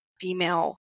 female